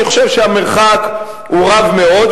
אני חושב שהמרחק הוא רב מאוד.